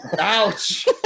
Ouch